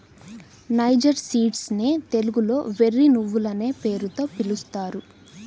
niger seeds నే తెలుగులో వెర్రి నువ్వులనే పేరుతో పిలుస్తారు